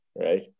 right